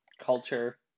culture